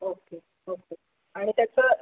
okay okay आणि त्याचं